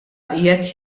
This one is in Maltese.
qiegħed